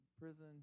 prison